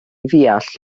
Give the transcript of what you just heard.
ddeall